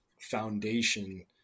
foundation